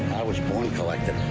i was born collecting.